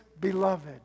beloved